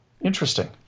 interesting